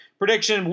prediction